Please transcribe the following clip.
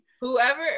Whoever